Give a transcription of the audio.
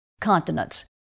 continents